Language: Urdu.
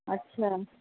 اچھا